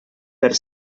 per